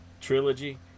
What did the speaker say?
trilogy